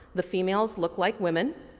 the females look like women